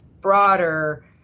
broader